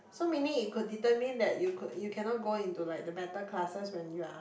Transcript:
so meaning it could determine that could you cannot go into like the better classes when you are